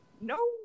no